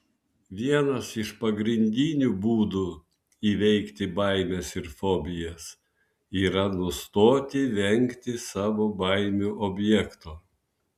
vienas iš pagrindinių būdų įveikti baimes ir fobijas yra nustoti vengti savo baimių objekto